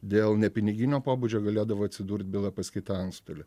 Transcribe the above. dėl nepiniginio pobūdžio galėdavo atsidurt byla pas kitą antstolį